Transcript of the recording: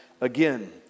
again